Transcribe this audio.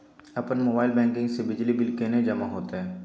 अपन mobile banking से बिजली बिल केने जमा हेते?